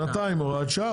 שנתיים הוראת שעה,